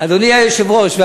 אדוני היושב-ראש,